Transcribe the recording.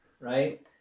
right